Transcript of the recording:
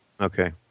Okay